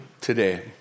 today